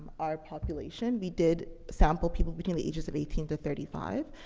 our population. we did sample people between the ages of eighteen to thirty five.